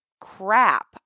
crap